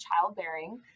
childbearing